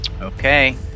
Okay